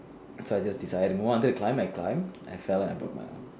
so I just decided well I wanted to climb I climbed then I fell and I broke my arm